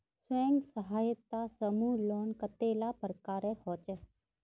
स्वयं सहायता समूह लोन कतेला प्रकारेर होचे?